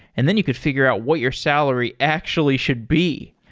and then you could figure out what your salary actually should be.